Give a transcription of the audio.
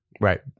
Right